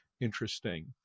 interesting